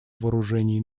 вооружений